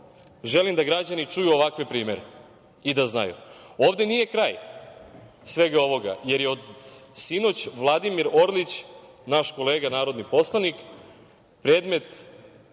želim da građani čuju ovakve primere i da znaju. Ovde nije kraj svega ovoga, jer je od sinoć Vladimir Orlić, naš kolega narodni poslanik, predmet